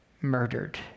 murdered